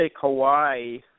Hawaii